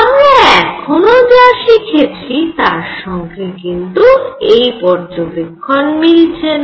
আমরা এখনো যা শিখেছি তার সঙ্গে কিন্তু এই পর্যবেক্ষণ মিলছেনা